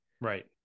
right